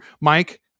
Mike